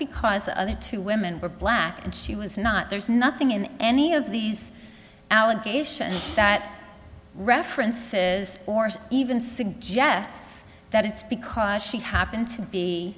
because the other two women were black and she was not there's nothing in any of these allegations that references or even suggests that it's because she happened to be